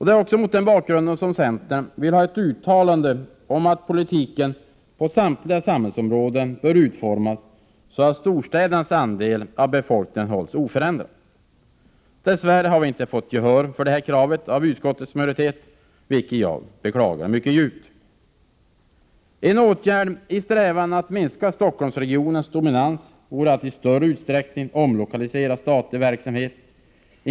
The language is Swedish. Det är mot denna bakgrund som centern vill ha ett uttalande om att politiken på samtliga samhällsområden bör utformas så, att storstädernas andel av befolkningen hålls oförändrad. Dess värre har vi inte fått gehör för detta krav av utskottets majoritet, vilket jag beklagar mycket djupt. En åtgärd i strävan att minska Stockholmsregionens dominans vore att i större utsträckning omlokalisera statlig verksamhet.